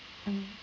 mm